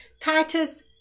Titus